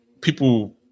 people